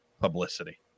publicity